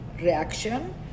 reaction